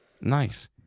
Nice